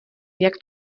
jak